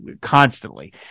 constantly